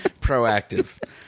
proactive